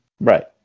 Right